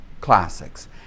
classics